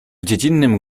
dziecinnym